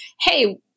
hey